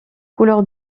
couleur